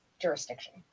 jurisdiction